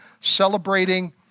celebrating